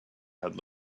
had